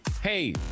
Hey